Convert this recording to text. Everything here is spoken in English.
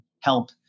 help